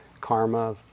karma